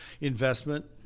investment